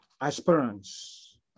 aspirants